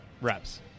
reps